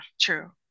true